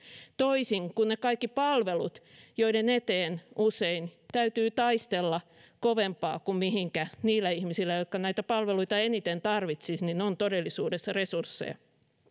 toisin kuin kaikki ne palvelut joiden eteen usein täytyy taistella kovempaa kuin mihinkä niillä ihmisillä jotka näitä palveluita eniten tarvitsisivat on todellisuudessa resursseja